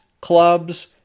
clubs